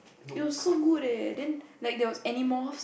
it was so good leh then like there was Animals